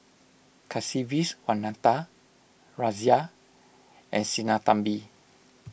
Kasiviswanathan Razia and Sinnathamby